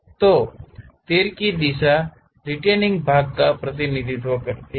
तो तीर की दिशा रिटेनिंग भाग का प्रतिनिधित्व करती है